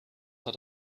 hat